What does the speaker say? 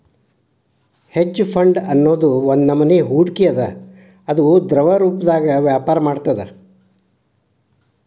hedge fund ಅನ್ನೊದ್ ಒಂದ್ನಮನಿ ಹೂಡ್ಕಿ ಅದ ಅದು ದ್ರವರೂಪ್ದಾಗ ವ್ಯಾಪರ ಮಾಡ್ತದ